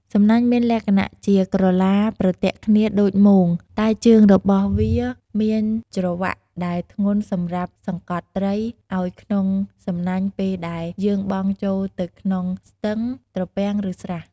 សំណាញ់់មានលក្ខណៈជាក្រឡាប្រទាក់គ្នាដូចមោងតែជើងរបស់វាមានច្រវាក់ដែកធ្ងន់សម្រាប់សង្កត់ត្រីឲ្រក្នុងសំណាញ់ពេលដែលយើងបង់ចូលទៅក្នុងស្ទឹង ត្រពាំង ឬស្រះ។